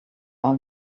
all